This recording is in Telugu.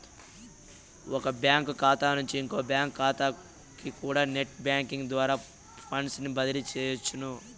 ఒక బ్యాంకు కాతా నుంచి ఇంకో బ్యాంకు కాతాకికూడా నెట్ బ్యేంకింగ్ ద్వారా ఫండ్సుని బదిలీ సెయ్యొచ్చును